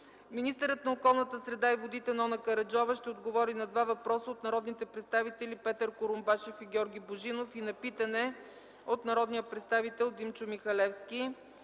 среда и водите Нона Караджова ще отговори на два въпроса от народните представители Петър Курумбашев и Георги Божинов и на питане от народния представител Димчо Михалевски.